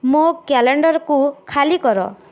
ମୋ କ୍ୟାଲେଣ୍ଡରକୁ ଖାଲି କର